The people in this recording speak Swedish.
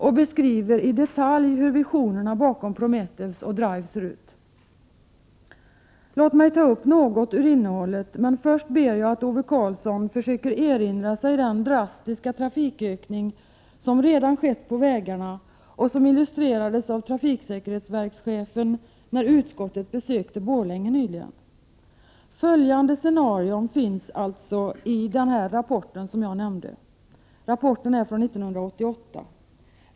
Där beskrivs i detalj hur visionerna bakom Prometheus och Drive ser ut. Låt mig ta upp något av innehållet, men först ber jag Ove Karlsson att försöka erinra sig den drastiska trafikökning som redan har skett på vägarna och som illustrerades av trafiksäkerhetsverkschefen när utskottet nyligen besökte Borlänge. Följande scenario finns i den rapport som jag nämnde. Den är från 1988.